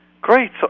great